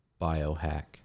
biohack